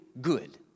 good